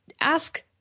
ask